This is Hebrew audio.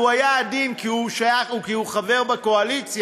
והוא היה עדין כי הוא חבר בקואליציה,